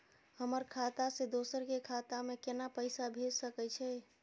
हमर खाता से दोसर के खाता में केना पैसा भेज सके छे?